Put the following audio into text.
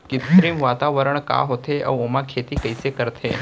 कृत्रिम वातावरण का होथे, अऊ ओमा खेती कइसे करथे?